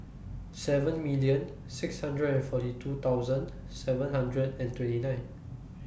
seven million six hundred and forty two thousand seven hundred and twenty nine